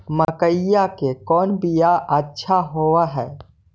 मकईया के कौन बियाह अच्छा होव है?